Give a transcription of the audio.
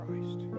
Christ